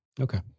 Okay